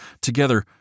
Together